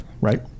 right